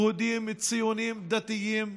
יהודיים, ציוניים, דתיים,